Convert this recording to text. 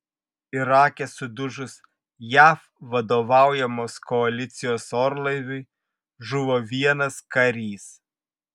irake sudužus jav vadovaujamos koalicijos orlaiviui žuvo vienas karys